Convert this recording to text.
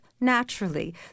naturally